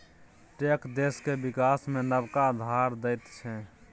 tax देशक बिकास मे नबका धार दैत छै